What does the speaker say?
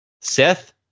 Seth